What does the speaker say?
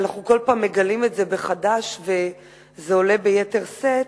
אבל אנחנו כל פעם מגלים את זה מחדש וזה עולה ביתר שאת: